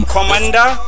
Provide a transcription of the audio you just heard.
Commander